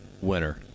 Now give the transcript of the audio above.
winner